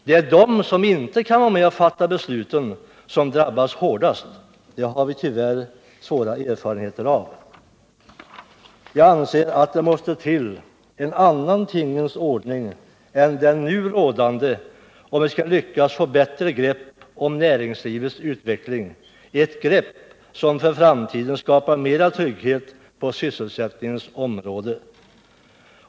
Det är de som inte kan vara med och fatta besluten som drabbas hårdast, det har vi tyvärr svåra erfarenheter av. Jag anser att det måste till en annan tingens ordning än den nu rådande, om vi skall lyckas få bättre grepp om näringslivets utveckling — ett grepp som för framtiden skapar mera trygghet på sysselsättningens område.